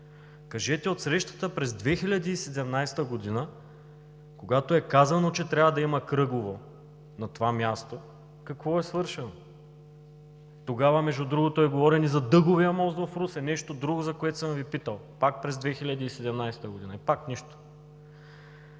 Кажете: от срещата през 2017 г., когато е казано, че трябва да има кръгово на това място, какво е свършено? Тогава, между другото, е говорено и за Дъговия мост в Русе – нещо друго, за което съм Ви питал, пак през 2017 г. И пак – нищо.